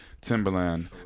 Timberland